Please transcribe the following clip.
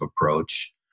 approach